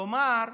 כלומר,